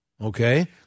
Okay